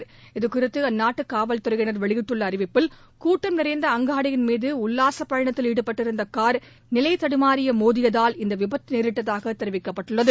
வெளியிட்டுள்ள குறித்து அந்நாட்டு காவல்துறையினர் இது அறிவிப்பில் கூட்டம் நிறைந்த அங்காடியின் மீது உல்லாச பயணத்தில் ஈடுபட்டிருந்த கார் நிலை தடுமாறிய மோதியதால் இந்த விபத்து நேரிட்டதாக தெரிவித்துள்ளது